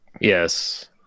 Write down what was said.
Yes